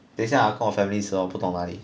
等一下跟我 family 吃 lor 不懂哪里